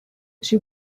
she